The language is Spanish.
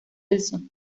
wilson